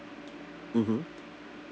mmhmm